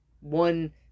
one